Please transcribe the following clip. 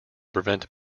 prevent